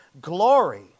glory